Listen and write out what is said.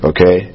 Okay